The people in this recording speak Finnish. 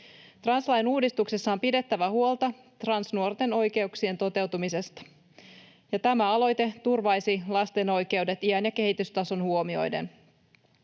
Translain uudistuksessa on pidettävä huolta transnuorten oikeuksien toteutumisesta, ja tämä aloite turvaisi lasten oikeudet ikä ja kehitystaso huomioiden.